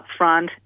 upfront